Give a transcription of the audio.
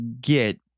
get